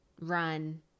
run